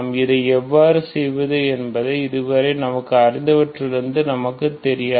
இதை எவ்வாறு செய்வது என்பது இதுவரை நமக்கு அறிந்த வற்றிலிருந்து நமக்குத் தெரியாது